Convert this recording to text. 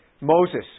Moses